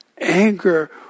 anger